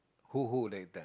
who who the actor